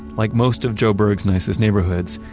like most of joburg's nicest neighborhoods,